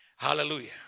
Hallelujah